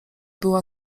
była